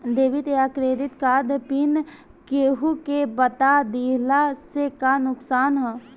Debit या credit card PIN केहूके बता दिहला से का नुकसान ह?